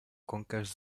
conques